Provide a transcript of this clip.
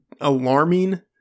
alarming